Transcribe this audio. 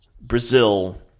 Brazil